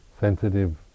Sensitive